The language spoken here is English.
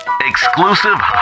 Exclusive